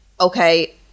Okay